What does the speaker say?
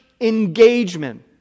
engagement